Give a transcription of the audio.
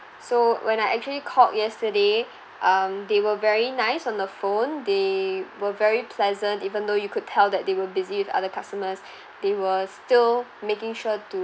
so when I actually called yesterday um they were very nice on the phone they were very pleasant even though you could tell that they were busy with other customers they were still making sure to~